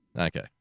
okay